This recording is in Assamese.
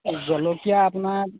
জলকীয়া আপোনাৰ